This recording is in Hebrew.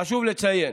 חשוב לציין